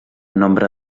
nombre